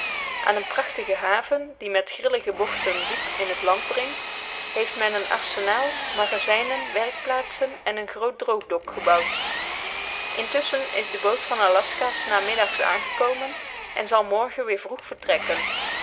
aan een prachtige haven die met grillige bochten diep in het land dringt heeft men een arsenaal magazijnen werkplaatsen en een groot droogdok gebouwd intusschen is de boot van aljaska s namiddags aangekomen en zal morgen weer vroeg vertrekken